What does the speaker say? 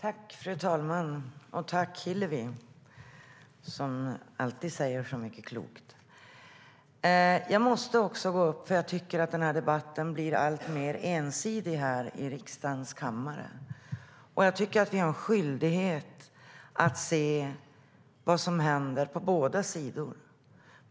Fru talman! Tack, Hillevi, som alltid säger så mycket klokt! Debatten här i riksdagens kammare har blivit alltmer ensidig, men vi har en skyldighet att se vad som händer på båda sidor.